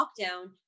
lockdown